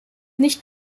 nicht